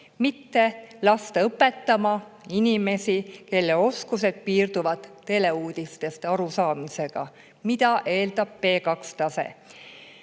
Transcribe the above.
mitte laskma õpetama inimesi, kelle oskused piirduvad teleuudistest arusaamisega, mida eeldab B2‑tase.